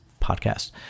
podcast